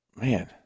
Man